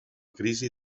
crisi